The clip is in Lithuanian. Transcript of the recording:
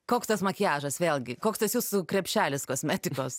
koks tas makiažas vėlgi koks tas jūsų krepšelis kosmetikos